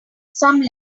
some